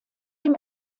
dem